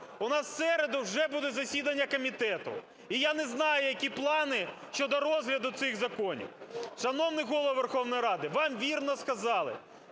У нас в середу вже буде засідання комітету, і я не знаю, які плани щодо розгляду цих законів. Шановний Голово Верховної Ради, вам вірно сказали: